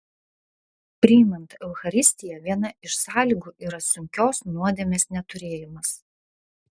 priimant eucharistiją viena iš sąlygų yra sunkios nuodėmės neturėjimas